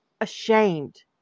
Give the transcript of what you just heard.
ashamed